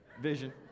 vision